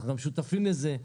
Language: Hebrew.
אנחנו גם שותפים לזה,